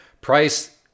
price